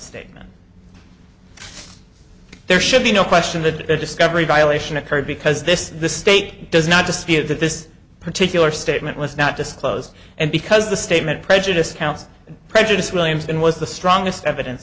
statement there should be no question the discovery violation occurred because this the state does not dispute that this particular statement was not disclosed and because the statement prejudice counts prejudice williamston was the strongest evidence